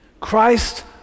Christ